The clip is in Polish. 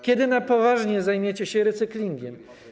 Kiedy na poważnie zajmiecie się recyklingiem?